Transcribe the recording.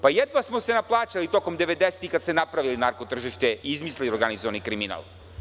Pa jedva smo se naplaćali tokom devedesetih, kada ste napravili narko tržište i izmislili organizovani kriminal.